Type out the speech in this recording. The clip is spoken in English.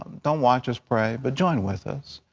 um don't watch us pray, but join with us.